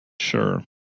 Sure